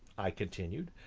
i continued,